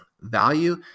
value